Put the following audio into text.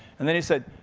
and then he said,